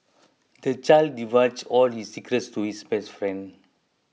the child divulged all his secrets to his best friend